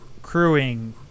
crewing